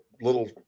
little